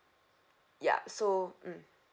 yup so mm